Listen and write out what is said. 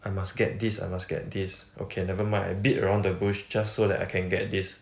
I must get this I must get this okay never mind I beat around the bush just so that I can get this